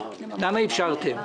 למה אפשרתם?